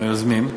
מהיוזמים.